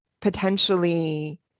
potentially